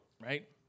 right